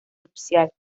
nupcial